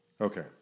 Okay